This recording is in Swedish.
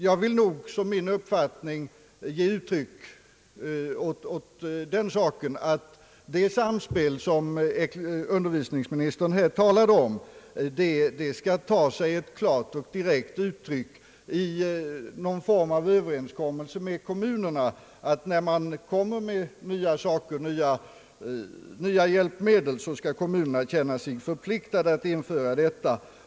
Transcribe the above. Jag vill som min uppfattning ge uttryck åt att det samspel, som undervisningsministern här talade om, bör ta sig ett klart och direkt uttryck i någon form av överenskommelse med kommunerna. När man kommer med nya hjälpmedel, skall kommunerna känna sig förpliktade att införa dessa.